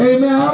Amen